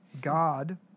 God